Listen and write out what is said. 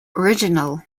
original